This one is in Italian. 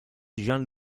jean